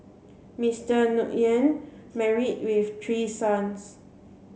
Mister Nguyen married with three sons